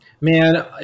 Man